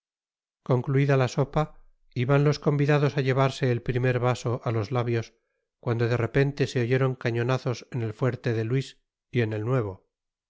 concluida la sopa iban los convidados á llevarse el primer vaso á los labios cuando de repente se oyeron cañonazos en el fuerte de luis y en el nuevo